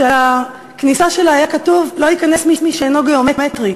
שעל הכניסה שלה היה כתוב: לא ייכנס מי שאינו גיאומטרי,